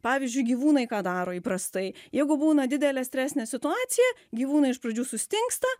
pavyzdžiui gyvūnai ką daro įprastai jeigu būna didelė stresinė situacija gyvūnai iš pradžių sustingsta